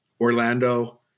Orlando